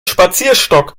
spazierstock